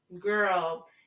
Girl